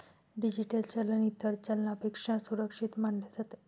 digital चलन इतर चलनापेक्षा सुरक्षित मानले जाते